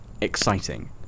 exciting